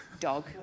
dog